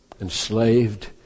enslaved